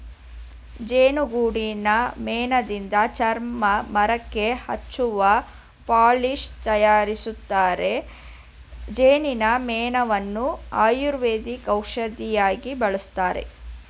ಜೇನುಗೂಡಿನ ಮೇಣದಿಂದ ಚರ್ಮ, ಮರಕ್ಕೆ ಹಚ್ಚುವ ಪಾಲಿಶ್ ತರಯಾರಿಸ್ತರೆ, ಜೇನಿನ ಮೇಣವನ್ನು ಆಯುರ್ವೇದಿಕ್ ಔಷಧಿಯಾಗಿ ಬಳಸ್ತರೆ